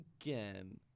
again